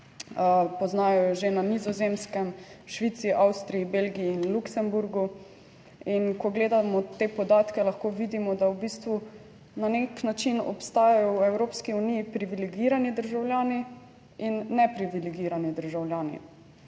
poznajo jo že na Nizozemskem, v Švici, Avstriji, Belgiji in Luksemburgu. In ko gledamo te podatke, lahko vidimo, da v bistvu na nek način obstajajo v Evropski uniji privilegirani državljani in neprivilegirani državljani